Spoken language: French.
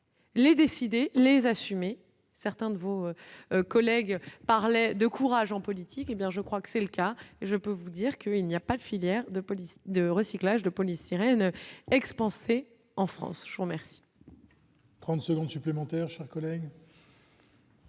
Les décidé les assumer certains de vos collègues, parlait de courage en politique, hé bien je crois que c'est le cas et je peux vous dire que il n'y a pas de filière de police de recyclage de polystyrène expansé en France, je vous remercie.